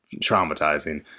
traumatizing